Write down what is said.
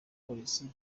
polisi